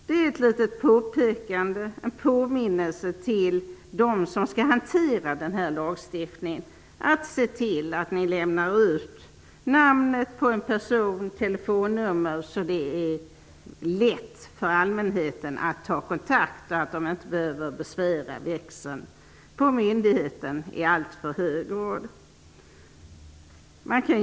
Det är en liten påminnelse till dem som skall hantera den här lagstiftningen om att se till att de lämnar ut namnet på en person och telefonnummer så att det är lätt för allmänheten att ta kontakt, att man inte behöver besvära växeln på myndigheten i alltför hög grad.